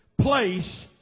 place